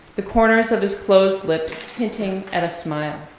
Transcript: the corners of his closed lips hinting at a smile.